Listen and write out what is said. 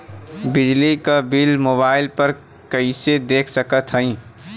बिजली क bill mobile पर कईसे देख सकत हई?